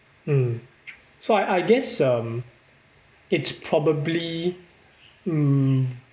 mm so I I guess um it's probably mm